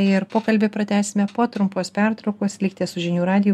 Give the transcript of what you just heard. ir pokalbį pratęsime po trumpos pertraukos likite su žinių radiju